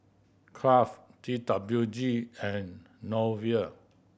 Kraft T W G and Nova